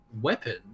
weapon